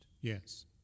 Yes